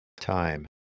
time